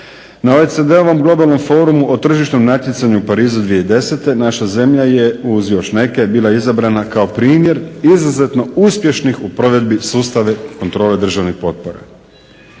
Na OECD-ovom globalnom forumu o tržišnom natjecanju u Parizu 2010. naša zemlja je uz još neke bila izabrana kao primjer izuzetno uspješnih u provedbi sustava kontrole državnih potpora.